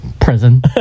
Prison